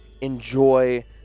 enjoy